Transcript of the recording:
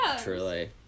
truly